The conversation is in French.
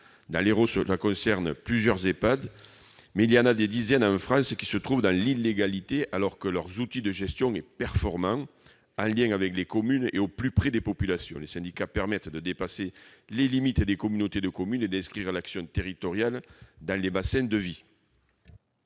Dans l'Hérault, cela concerne plusieurs Ehpad, mais il en existe des dizaines en France, qui se trouvent dans l'illégalité, alors que leurs outils de gestion sont performants, en lien avec les communes et au plus près des populations. Les syndicats permettent de dépasser les limites des communautés de communes et d'inscrire l'action territoriale dans les bassins de vie.